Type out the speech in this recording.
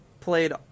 played